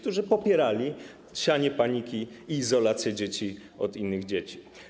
To oni popierali sianie paniki i izolację dzieci od innych dzieci.